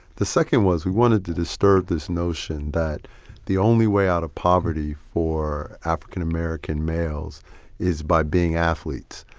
the second was we wanted to disturb this notion that the only way out of poverty for african-american males is by being athletes.